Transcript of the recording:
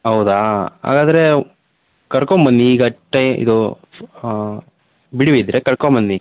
ಹೌದಾ ಹಾಗಾದರೆ ಕರ್ಕೊಂಬನ್ನಿ ಈಗ ಟೆ ಇದು ಬಿಡುವಿದ್ರೆ ಕರ್ಕೊಂಬನ್ನಿ